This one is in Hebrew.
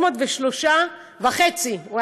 303.5 ימי מילואים,